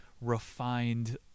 refined